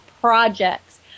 projects